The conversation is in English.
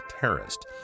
terrorist